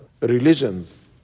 religions